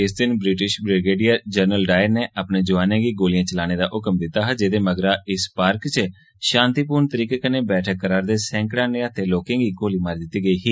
इस दिन British brigadier general Dyer नै अपने जवानें गी गोलियां चलाने दा हुक्म दित्ता हा जेह्दे मगरा इस पार्क च शांतिपूर्ण तरीके कन्नै बैठक करा'रदे सैंकड़ां निहत्थे लोकें गी गोली मारी दित्ती गेई ही